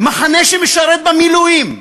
מחנה שמשרת במילואים,